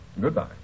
Goodbye